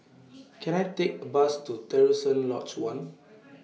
Can I Take A Bus to Terusan Lodge one